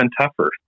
tougher